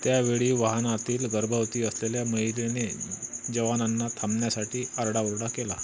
त्यावेळी वाहनातील गर्भवती असलेल्या महिलेने जवानांना थांबण्यासाठी आरडाओरडा केला